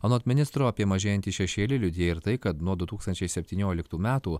anot ministro apie mažėjantį šešėlį liudija ir tai kad nuo du tūkstančiai septynioliktų metų